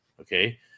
okay